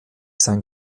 sein